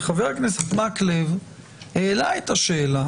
וחבר הכנסת מקלב העלה את השאלה,